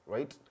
Right